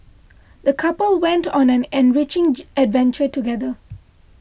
the couple went on an enriching adventure together